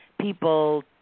people